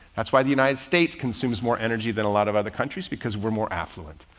that's why the united states consumes more energy than a lot of other countries because we're more affluent.